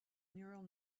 neural